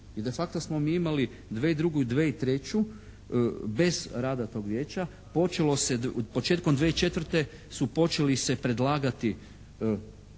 I de facto smo mi imali 2002. i 2003. bez rada tog vijeća. Počelo se, početkom 2004. su počeli se predlagati